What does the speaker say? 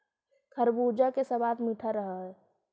खरबूजा के सबाद मीठा रह हई